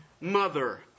mother